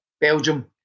Belgium